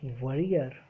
warrior